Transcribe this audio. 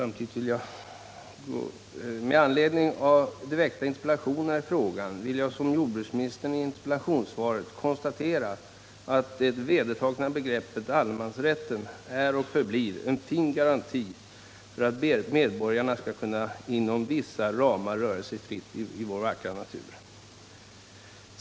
Med anledning av interpellationerna i frågan vill jag, i likhet med jordbruksministern i interpellationssvaret, konstatera att det vedertagna begreppet allemansrätt är och förblir en fin garanti för att medborgarna skall kunna, inom vissa ramar, röra sig fritt i vår vackra natur.